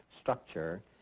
structure